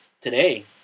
today